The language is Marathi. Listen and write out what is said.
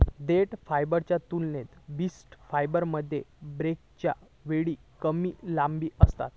देठ फायबरच्या तुलनेत बास्ट फायबरमध्ये ब्रेकच्या वेळी कमी लांबी असता